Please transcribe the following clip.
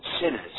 sinners